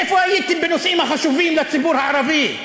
איפה הייתם בנושאים החשובים לציבור הערבי?